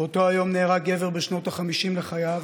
באותו יום נהרג גבר בשנות ה-50 לחייו,